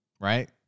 right